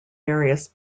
various